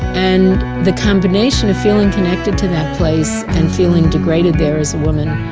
and the combination of feeling connected to that place, and feeling degraded there as a woman,